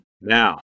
Now